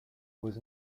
was